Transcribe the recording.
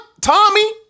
Tommy